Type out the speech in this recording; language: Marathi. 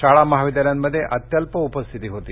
शाळा महाविद्यालयांमध्ये अत्यल्प उपस्थिती होती